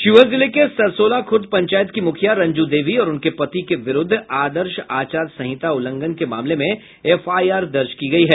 शिवहर जिले के सरसौला खूर्द पंचायत की मुखिया रंजू देवी और उनके पति के विरुद्ध आदर्श आचार संहिता उल्लंघन के मामले में एफआईआर दर्ज की गई है